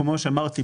כפי שאמרתי,